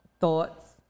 thoughts